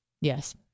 Yes